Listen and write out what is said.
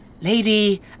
lady